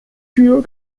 tür